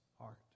heart